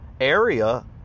area